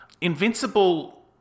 Invincible